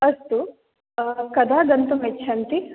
अस्तु कदा गन्तुम् इच्छति